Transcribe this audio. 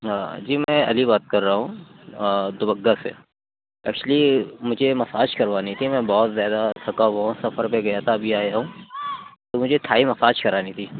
ہاں جی میں علی بات کر رہا ہوں دوبگا سے ایکچولی مجھے مساج کروانی تھی میں بہت زیادہ تھکا ہُوا ہوں سفر پہ گیا تھا ابھی آیا ہوں مجھے تھائی مساج کرانی تھی